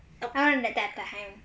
apparent at that time that time